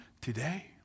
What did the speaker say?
today